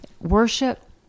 worship